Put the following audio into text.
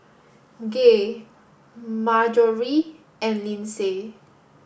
Gaye Marjorie and Lindsey